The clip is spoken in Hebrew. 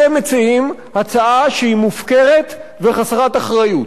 אתם מציעים הצעה שהיא מופקרת וחסרת אחריות.